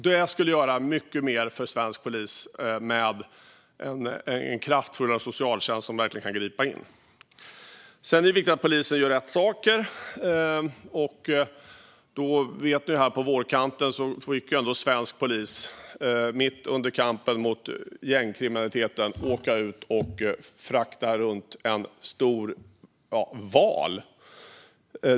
Det skulle göra mycket för svensk polis om vi hade en kraftfullare socialtjänst som verkligen kunde gripa in. Det är också viktigt att polisen gör rätt saker. Vi vet till exempel att svensk polis här på vårkanten, mitt under kampen mot gängkriminaliteten, fick åka ut och frakta runt en stor val.